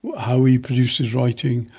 how he produced his writing,